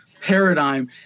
paradigm